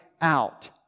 out